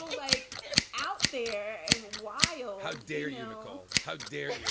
like out there and why. oh, how dare you? nicole, how dare